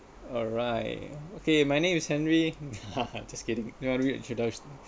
alright okay my name is henry just kidding a weird introduction